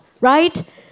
right